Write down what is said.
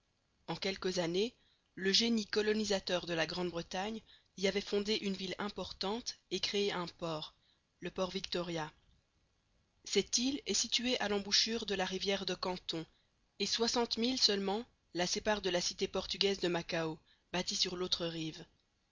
en quelques années le génie colonisateur de la grande-bretagne y avait fondé une ville importante et créé un port le port victoria cette île est située à l'embouchure de la rivière de canton et soixante milles seulement la séparent de la cité portugaise de macao bâtie sur l'autre rive